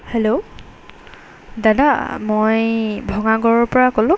hello দাদা মই ভঙাগড়ৰপৰা ক'লোঁ